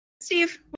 Steve